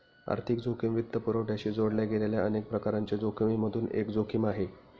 आर्थिक जोखिम वित्तपुरवठ्याशी जोडल्या गेलेल्या अनेक प्रकारांच्या जोखिमिमधून एक जोखिम आहे